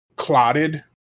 Clotted